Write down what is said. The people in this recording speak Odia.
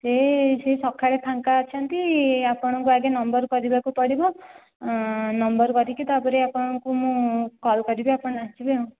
ସେ ସେଇ ସକାଳେ ଫାଙ୍କା ଅଛନ୍ତି ଆପଣଙ୍କୁ ଆଗେ ନମ୍ବର କରିବାକୁ ପଡ଼ିବ ନମ୍ବର କରିକି ତା ପରେ ଆପଣଙ୍କୁ ମୁଁ କଲ୍ କରିବି ଆପଣ ଆସିବେ